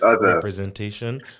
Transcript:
representation